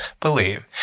Believe